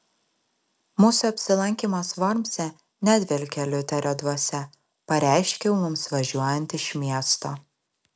mūsų apsilankymas vormse nedvelkia liuterio dvasia pareiškiau mums važiuojant iš miesto